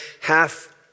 half